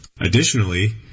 Additionally